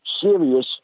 serious